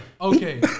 okay